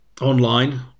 online